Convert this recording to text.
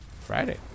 Friday